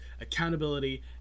accountability